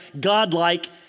God-like